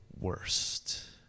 worst